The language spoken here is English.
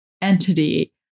entity